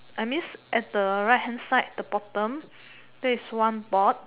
I means at the right hand side the bottom there's one board